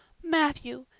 matthew,